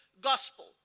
gospel